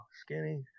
Skinny